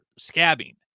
scabbing